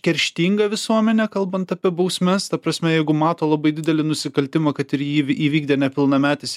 kerštinga visuomenė kalbant apie bausmes ta prasme jeigu mato labai didelį nusikaltimą kad ir jį įvykdė nepilnametis